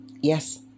Yes